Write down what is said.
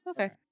Okay